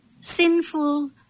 sinful